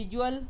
visual